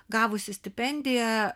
gavusi stipendiją